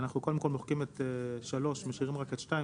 (2)